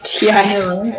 Yes